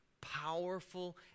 powerful